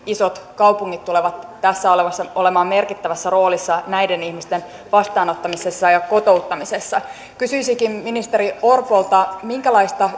isot kaupungit tulevat olemaan merkittävässä roolissa tässä näiden ihmisten vastaanottamisessa ja ja kotouttamisessa kysyisinkin ministeri orpolta minkälaista